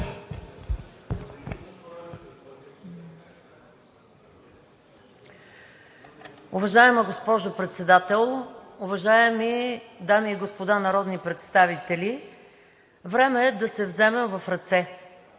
Уважаема госпожо Председател, уважаеми дами и господа народни представители! Време е да се вземем в ръце!